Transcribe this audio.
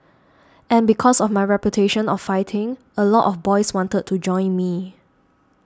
and because of my reputation of fighting a lot of boys wanted to join me